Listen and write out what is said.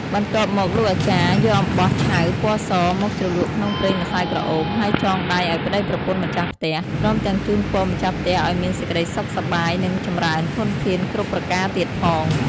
បន្ទាប់មកលោកអាចារ្យ យកអំបោះឆៅពណ៌សមកជ្រលក់ក្នុងប្រេងម្សៅក្រអូប ហើយចងដៃឲ្យប្ដីប្រពន្ធម្ចាស់ផ្ទះ ព្រមទាំងជូនពរម្ចាស់ផ្ទះឲ្យមានសេចក្តីសុខសប្បាយ នឹងចម្រើនធនធានគ្រប់ប្រការទៀតផង។